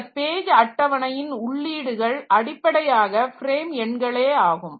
இந்த பேஜ் அட்டவணையின் உள்ளீடுகள் அடிப்படையாக ஃப்ரேம் எண்களே ஆகும்